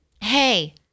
Hey